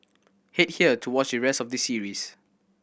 head here to watch the rest of the series